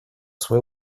свое